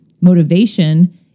motivation